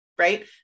Right